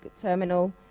terminal